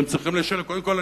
קודם כול,